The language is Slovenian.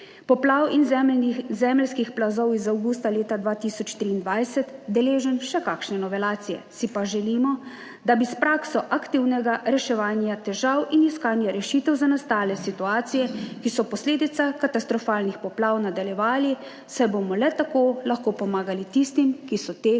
poplav in zemeljskih plazov iz avgusta leta 2023 deležen še kakšne novelacije. 4. TRAK: (SB) – 12.10 (Nadaljevanje) Si pa želimo, da bi s prakso aktivnega reševanja težav in iskanja rešitev za nastale situacije, ki so posledica katastrofalnih poplav nadaljevali, saj bomo le tako lahko pomagali tistim, ki so te pomoči